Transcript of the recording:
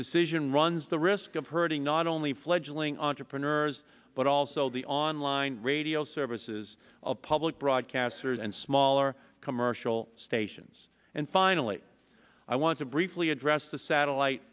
decision runs the risk of hurting not only fledgling entrepreneurs but also the online radio services of public broadcasters and smaller commercial stations and finally i want to briefly address the satellite